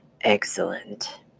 Excellent